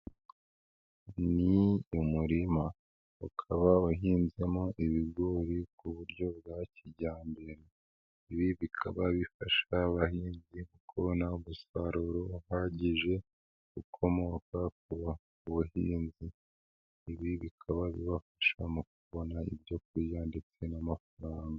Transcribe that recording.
Ni umurima. Ukaba uhinzemo ibigori ku buryo bwa kijyambere. Ibi bikaba bifasha abahinzi mu kubona umusaruro uhagije, ukomoka ku buhinzi. Ibi bikaba bibafasha mu kubona ibyo kurya ndetse n'amafaranga.